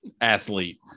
athlete